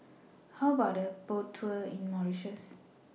How about A Boat Tour in Mauritius